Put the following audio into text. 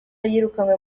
yirukanwe